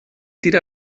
tira